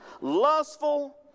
Lustful